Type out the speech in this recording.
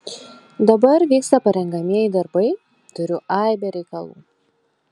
dabar vyksta parengiamieji darbai turiu aibę reikalų